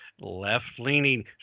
left-leaning